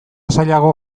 zailago